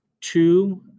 two